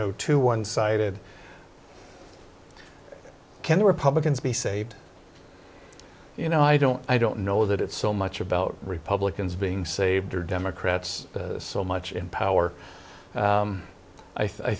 know too one sided can republicans be saved you know i don't i don't know that it's so much about republicans being saved or democrats so much in power